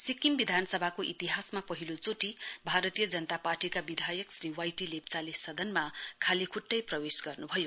सिक्किम विधानसभाको इतिहासमा पहिलोचोटी भारतीय जनता पार्टीका विधायक श्री वाई टी लेप्चाले सदनमा खालीखुट्टै प्रवेश गर्नु भयो